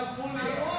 ככה אמרו לי.